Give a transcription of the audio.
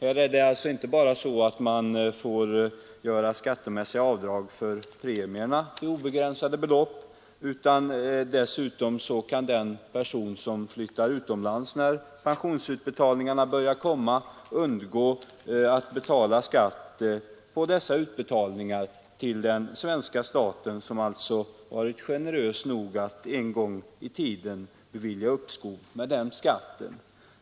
I detta sammanhang får man inte bara göra skattemässiga avdrag för premierna till obegränsade belopp, utan dessutom kan den person som flyttar utomlands när pensionsutbetalningarna börjar komma undgå att betala skatt på dessa utbetalningar till den svenska staten, som alltså varit generös nog att en gång i tiden bevilja uppskov med denna skatt.